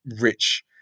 rich